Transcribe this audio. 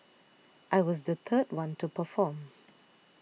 I was the third one to perform